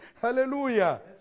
Hallelujah